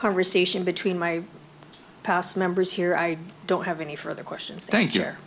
conversation between my past members here i don't have any further questions than